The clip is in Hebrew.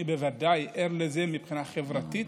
אני בוודאי ער לזה מבחינה חברתית,